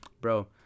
bro